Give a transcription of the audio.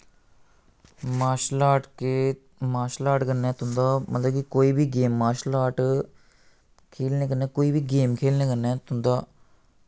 martial art के martial art कन्नै तुं'दा मतलब कि कोई बी गेम मार्शल आर्ट खेलने कन्नै कोई बी गेम खेलने कन्नै तुं'दा